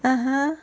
(uh huh)